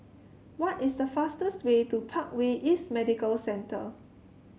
what is the fastest way to Parkway East Medical Centre